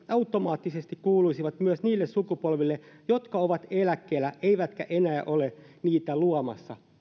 automaattisesti kuuluisivat myös niille sukupolville jotka ovat eläkkeellä eivätkä enää ole niitä luomassa